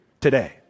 today